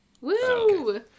Woo